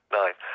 nine